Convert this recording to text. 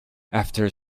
after